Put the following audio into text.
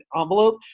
envelope